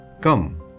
come